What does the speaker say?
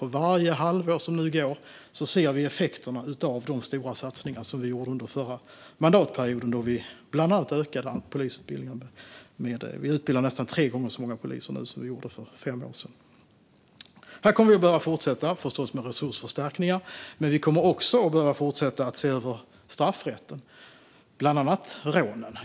För varje halvår ser vi effekterna av de stora satsningar som gjordes under förra mandatperioden, då bland annat polisutbildningen utökades. Vi utbildar nästan tre gånger så många poliser nu som för fem år sedan. Här kommer vi förstås att behöva fortsätta med resursförstärkningar. Vi kommer också att behöva fortsätta se över straffrätten, bland annat för rån.